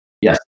Yes